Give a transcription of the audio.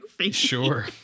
Sure